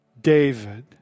David